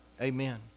Amen